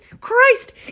Christ